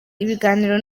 ibiganiro